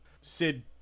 Sid